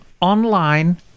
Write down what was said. online